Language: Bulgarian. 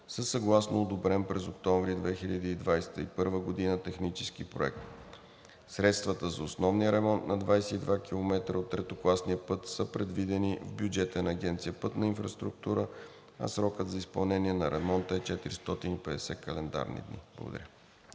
са съгласно одобрен през октомври 2021 г. технически проект. Средствата за основния ремонт на 22 км от третокласния път са предвидени в бюджета на Агенция „Пътна инфраструктура“, а срокът за изпълнение на ремонта е 450 календарни дни. Благодаря.